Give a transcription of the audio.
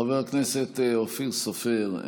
חבר הכנסת אופיר סופר,